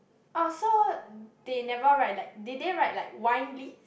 oh so they never write like did they write like wine list